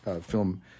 film